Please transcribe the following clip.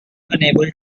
unable